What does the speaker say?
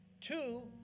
Two